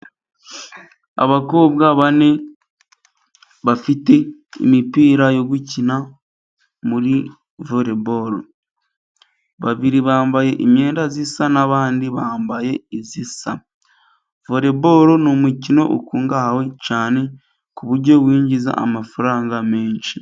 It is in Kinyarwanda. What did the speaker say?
Abakobwa bane bafite imipira yo gukina muri vore boro, babiri bambaye imyenda isa nabandi bambaye isa vore boro ni umukino ukungahaye cyane, kuburyo winjiza amafaranga menshi.